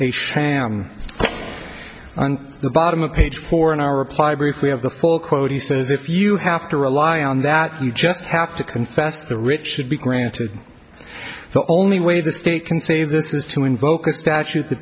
quote on the bottom of page four in our reply brief we have the full quote he says if you have to rely on that you just have to confess the rich should be granted the only way the state can say this is to invoke a statute t